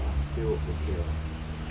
uh still okay lah